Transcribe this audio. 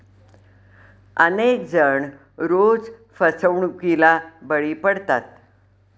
अनेक जण रोज फसवणुकीला बळी पडतात